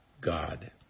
God